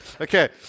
okay